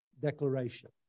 declaration